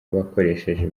bakoresheje